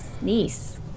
niece